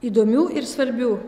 įdomių ir svarbių